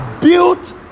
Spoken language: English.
built